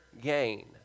gain